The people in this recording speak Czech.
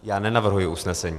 Já nenavrhuji usnesení.